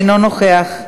אינו נוכח.